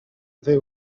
they